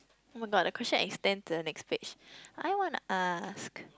[oh]-my-god the question extend to the next page I want to ask